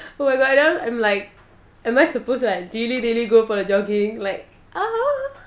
oh my god that [one] I'm like am I supposed to like really really go for the jogging like ah